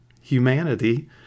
humanity